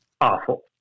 Awful